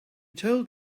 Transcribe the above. told